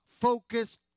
focus